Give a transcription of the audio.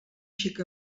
xic